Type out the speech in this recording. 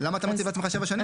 למה אתה מציב לעצמך שבע שנים?